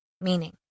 Meaning